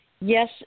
yes